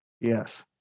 Yes